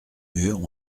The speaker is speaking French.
mur